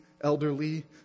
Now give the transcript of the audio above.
elderly